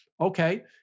Okay